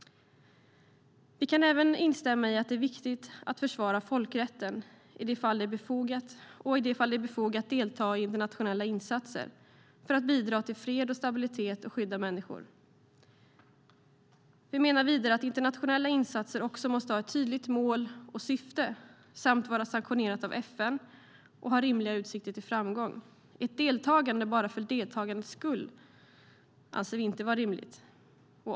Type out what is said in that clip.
Vi kan även instämma i att det är viktigt att försvara folkrätten och i de fall det är befogat delta i internationella insatser för att bidra till fred och stabilitet och skydda människor. Vi menar vidare att internationella insatser måste ha ett tydligt mål och syfte samt vara sanktionerade av FN och ha rimliga utsikter till framgång. Ett deltagande bara för deltagandets egen skull anser vi inte vara rimligt.